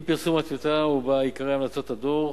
עם פרסום הטיוטה ובה עיקרי המלצות הדוח,